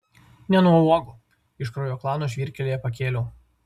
ne nuo uogų iš kraujo klano žvyrkelyje pakėliau